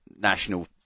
national